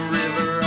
river